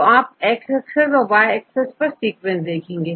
तो आप X axis और y axisपर सीक्वेंस देखेंगे